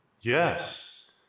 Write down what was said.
Yes